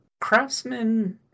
Craftsman